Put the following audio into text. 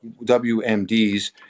WMDs